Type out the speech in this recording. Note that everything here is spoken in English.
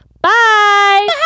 bye